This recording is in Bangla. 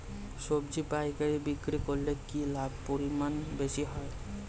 সবজি পাইকারি বিক্রি করলে কি লাভের পরিমাণ বেশি হয়?